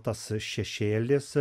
tas šešėlis